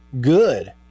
good